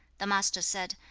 the master said,